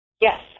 Yes